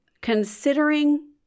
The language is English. Considering